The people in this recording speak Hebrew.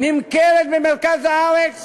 נמכרת במרכז הארץ